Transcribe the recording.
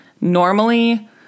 normally